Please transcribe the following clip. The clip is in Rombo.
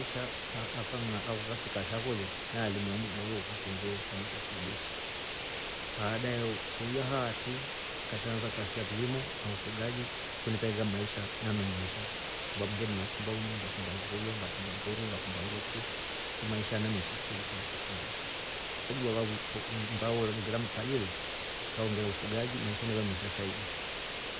Maisha a- a kang'a akati kasha fo le avelii moomu kidogo wakati nge fanya kasi sa jeshi baada ya iuya haati ngasha ansa kasi ya kilimo na ufugaji kwaio nkaika maisha nameng'esha kwasabbau ngive ilima nkakumba umbe. nkakumba nguruve. nkakumba mburu. ngakumba nnguku kutro maisha nemesha kwelikweli kipindi chi. ngaongera mtaji le nkaongera ufugaji maisha neva mesha saidi.